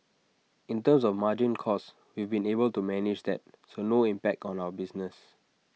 in terms of our margin costs we've been able to manage that so no impact on our business